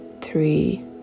three